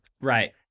Right